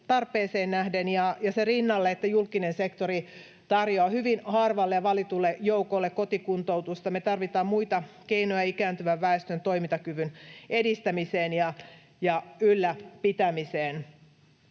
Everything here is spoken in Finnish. tarpeeseen nähden. Sen rinnalle, että julkinen sektori tarjoaa hyvin harvalle ja valitulle joukolle kotikuntoutusta, tarvitaan muita keinoja ikääntyvän väestön toimintakyvyn edistämiseen ja ylläpitämiseen.